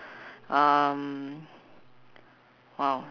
um !wow!